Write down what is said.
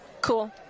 Cool